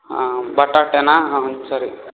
ಹಾಂ ಬಟಾಟೆನಾ ಹಾಂ ಸರಿ